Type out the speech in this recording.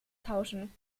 tauschen